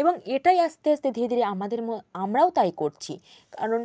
এবং এটাই আস্তে আস্তে ধীরে ধীরে আমাদের আমরাও তাই করছি কারণ